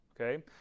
okay